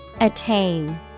Attain